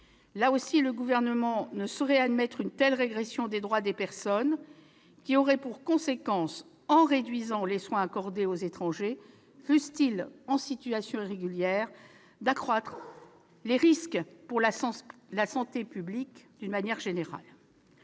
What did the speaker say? également, le Gouvernement ne saurait admettre une telle régression des droits des personnes qui aurait pour conséquence, en réduisant les soins accordés aux étrangers, fussent-ils en situation irrégulière, d'accroître les risques pour la santé publique en général.